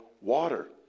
water